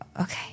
Okay